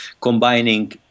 combining